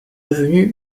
devenus